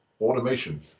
automation